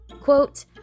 quote